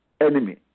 enemy